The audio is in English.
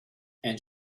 and